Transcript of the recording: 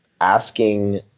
asking